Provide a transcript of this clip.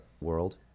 world